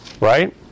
Right